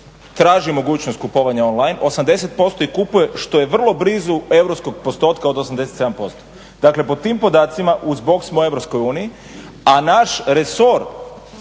traži mogućnost kupovanja on line, 80% ih kupuje što je vrlo blizu europskog postotka od 87%. Dakle po tim podacima uz bok smo EU a naš resor